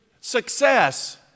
success